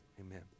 Amen